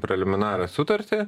preliminarią sutartį